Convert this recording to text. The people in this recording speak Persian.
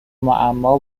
معما